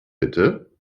bitte